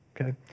okay